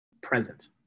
present